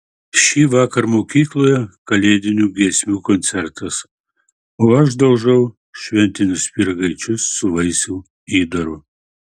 šįvakar mokykloje kalėdinių giesmių koncertas o aš daužau šventinius pyragaičius su vaisių įdaru